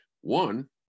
one